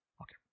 Okay